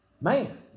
Man